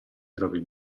propri